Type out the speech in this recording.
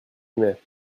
aimais